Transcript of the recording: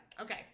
Okay